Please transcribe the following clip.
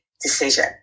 decision